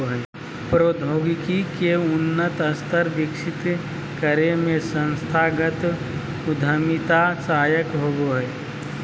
प्रौद्योगिकी के उन्नत स्तर विकसित करे में संस्थागत उद्यमिता सहायक होबो हय